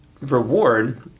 reward